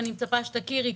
ואני מצפה שתכירי,